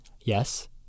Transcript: Yes